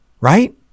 right